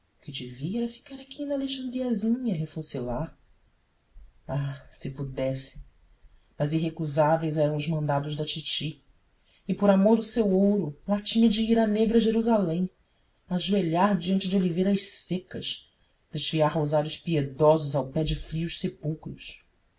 que devia era ficar aqui na alexandriazinha a refocilar ah se pudesse mas irrecusáveis eram os mandados da titi e por amor do seu ouro lá tinha de ir à negra jerusalém ajoelhar diante de oliveiras secas desfiar rosários piedosos ao pé de frios sepulcros